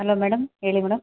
hello madam ಹೇಳಿ madam